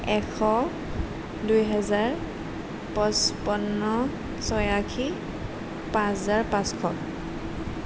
এশ দুহেজাৰ পঁচপন্ন ছয়াশী পাঁচ হাজাৰ পাঁচশ